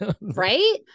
right